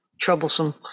troublesome